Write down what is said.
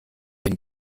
bin